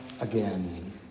again